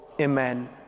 Amen